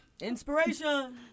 inspiration